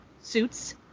suits